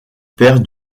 père